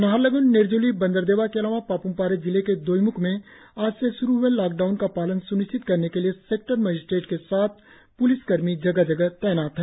नाहरलग्न निरज्ली बंदरदेवा के अलावा पाप्मपारे जिले के दोईम्ख में आज से श्रु हए लॉकडाउन का पालन स्निश्चित कराने के लिए सेक्टर मजिस्ट्रेट के साथ पुलिस कर्मी जगह जगह तैनात है